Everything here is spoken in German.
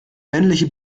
männliche